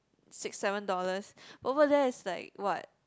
six seven dollars over there is like what